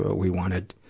we wanted.